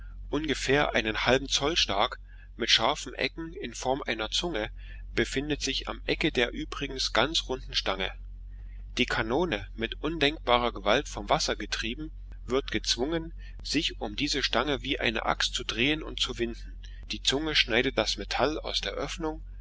ungefähr einen halben zoll stark mit scharfen ecken in form einer zunge befindet sich am ende der übrigens ganz runden stange die kanone mit undenkbarer gewalt vom wasser getrieben wird gezwungen sich um diese stange wie eine axt zu drehen und zu winden die zunge schneidet das metall aus der öffnung